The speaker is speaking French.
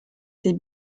ses